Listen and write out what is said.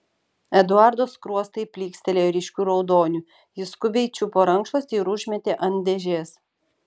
eduardo skruostai plykstelėjo ryškiu raudoniu jis skubiai čiupo rankšluostį ir užmetė ant dėžės